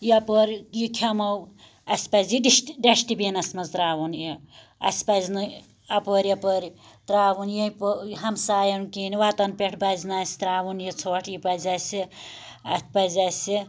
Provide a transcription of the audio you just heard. یَپٲرۍ یہِ کھیٚمو اسہِ پَزِ یہِ ڈِشٹہِ ڈشٹہِ بِنَس مَنٛز تراوُن یہِ اسہِ پَزِ نہٕ اَپٲرۍ یَپٲرۍ تراوُن یہِ ہَمساین کن وَتَن پیٚٹھ پَزِ نہ اسی تراوُن یہِ ژھوٚٹھ یہِ پَزِ اَسہِ اتھ پَزِ اَسہِ